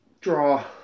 draw